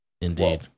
Indeed